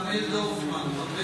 חנמאל דורפמן.